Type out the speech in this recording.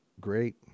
great